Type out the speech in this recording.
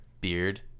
beard